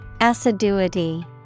Assiduity